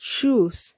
Shoes